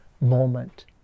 moment